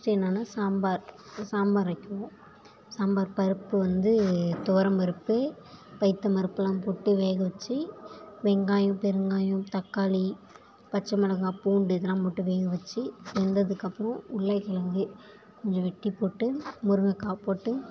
next என்னன்னா சாம்பார் சாம்பார் வைக்கவும் சாம்பார் பருப்பு வந்து துவரம் பருப்பு பயித்தம் பருப்பு எல்லாம் போட்டு வேக வச்சு வெங்காயம் பெருங்காயம் தக்காளி பச்சைமிளகா பூண்டு இதெலாம் போட்டு வேகவச்சு வெந்ததுக்கு அப்புறம் உருளைக்கிலங்கு கொஞ்சம் வெட்டிப் போட்டு முருங்கக்காய் போட்டு